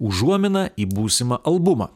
užuomina į būsimą albumą